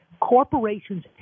corporations